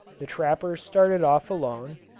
the trapper started off alone,